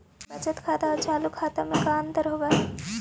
बचत खाता और चालु खाता में का अंतर होव हइ?